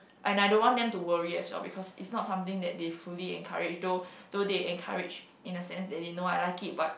and I don't want them to worry as well because it's not something that they fully encourage though though they encourage in the sense that they know I like it but